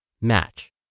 Match